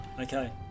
Okay